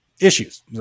issues